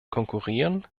konkurrieren